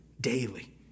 daily